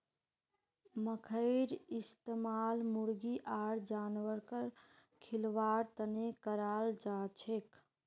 मखईर इस्तमाल मुर्गी आर जानवरक खिलव्वार तने कराल जाछेक